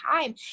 time